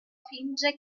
finge